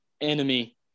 Enemy